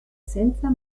senza